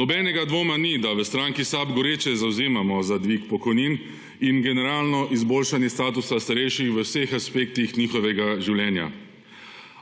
Nobenega dvoma ni, da se v stranki SAB goreče zavzemamo za dvig pokojnin in generalno izboljšanje statusa starejših v vseh aspektih njihovega življenja.